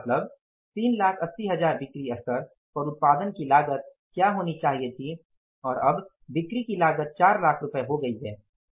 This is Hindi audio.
मतलब 3 लाख 80 हजार बिक्री स्तर पर उत्पादन की लागत क्या होनी चाहिए थी और अब बिक्री की लागत 4 लाख रुपये हो गई है